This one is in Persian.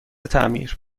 تعمیر